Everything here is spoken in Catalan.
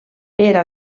era